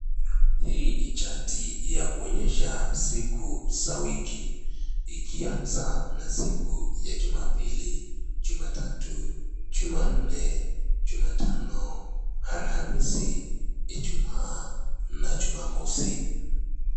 Hii ni chati ya kuonyesha siku za wiki, ikianza na siku ya jumapili, jumatatu, jumanne, jumatano, alhamisi, ijumaa na jumamosi.